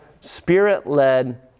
spirit-led